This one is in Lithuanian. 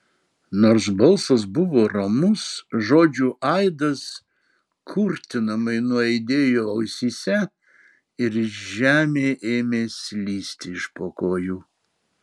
nors balsas buvo ramus žodžių aidas kurtinamai nuaidėjo ausyse ir žemė ėmė slysti iš po kojų